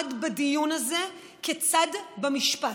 מעמד בדיון הזה כצד במשפט,